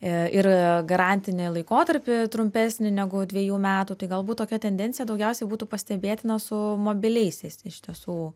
ir garantinį laikotarpį trumpesnį negu dviejų metų tai galbūt tokia tendencija daugiausia būtų pastebėtina su mobiliaisiais iš tiesų